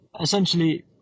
essentially